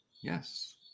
Yes